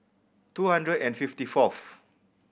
two hundred and fifty fourth